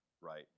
right